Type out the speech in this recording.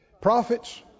Prophets